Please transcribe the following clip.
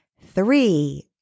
three